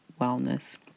wellness